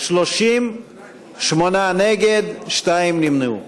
אז 30 בעד, שמונה נגד, שתיים נמנעו.